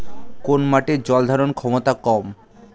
কোন মাটির জল ধারণ ক্ষমতা কম?